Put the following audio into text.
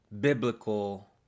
biblical